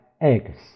eggs